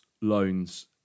loans